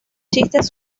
chistes